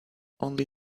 only